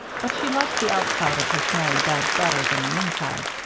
but she liked the outside of her snowy bed better than the inside,